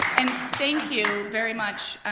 and thank you very much,